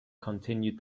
continued